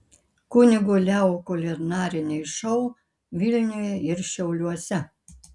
kunigo leo kulinariniai šou vilniuje ir šiauliuose